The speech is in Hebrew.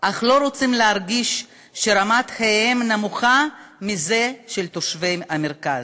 אך לא רוצים להרגיש שרמת חייהם נמוכה מזו של תושבי המרכז.